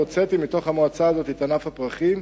הוצאתי מתוך המועצה הזו את ענף הפרחים,